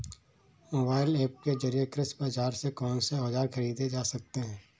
Mobile app के जरिए कृषि बाजार से कौन से औजार ख़रीदे जा सकते हैं?